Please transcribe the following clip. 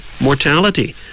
mortality